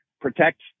protect